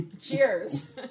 Cheers